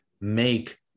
make